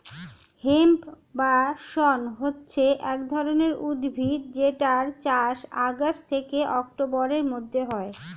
hemp বা শণ হচ্ছে এক ধরণের উদ্ভিদ যেটার চাষ আগস্ট থেকে অক্টোবরের মধ্যে হয়